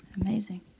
Amazing